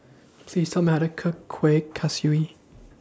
Please Tell Me How to Cook Kueh Kaswi